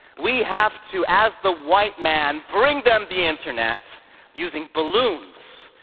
we have to ask the white man, bring them the internet using balloons,